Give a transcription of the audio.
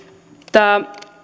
tämä